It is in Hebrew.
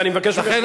לכן,